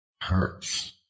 hurts